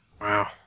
Wow